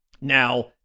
Now